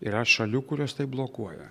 yra šalių kurios tai blokuoja